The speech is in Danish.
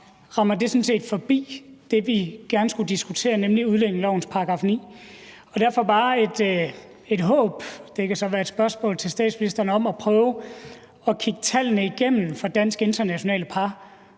rammer det sådan set forbi det, vi gerne skulle diskutere, nemlig udlændingelovens § 9. Derfor vil jeg bare udtrykke et håb – og det kan så være et spørgsmål til statsministeren – om, at man prøver at kigge tallene igennem for dansk-internationale par